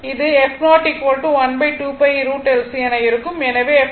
இது என இருக்கும்